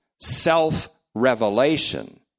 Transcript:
self-revelation